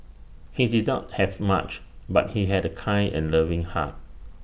he did not have much but he had A kind and loving heart